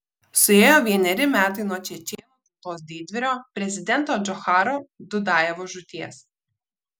suėjo vieneri metai nuo čečėnų tautos didvyrio prezidento džocharo dudajevo žūties